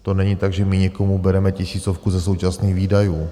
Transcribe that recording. To není tak, že my někomu bereme tisícovku ze současných výdajů.